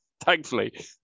thankfully